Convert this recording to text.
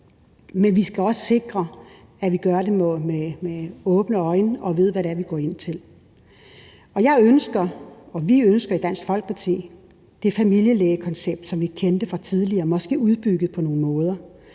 men vi skal også sikre, at vi gør det med åbne øjne og ved, hvad det er, vi går ind til. Jeg ønsker og vi ønsker i Dansk Folkeparti det familielægekoncept, som vi kendte fra tidligere, måske udbygget på nogle måder.